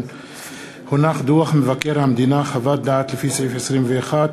דוח מבקר המדינה, חוות דעת לפי סעיף 21,